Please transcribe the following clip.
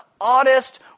oddest